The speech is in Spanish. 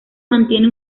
mantiene